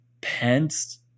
Pence